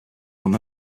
from